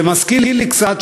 זה מזכיר לי קצת,